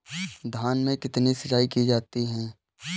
धान में कितनी सिंचाई की जाती है?